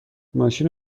ماشین